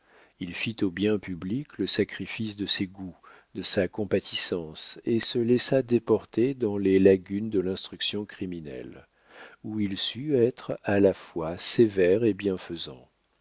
il fit au bien public le sacrifice de ses goûts de sa compatissance et se laissa déporter dans les lagunes de l'instruction criminelle où il sut être à la fois sévère et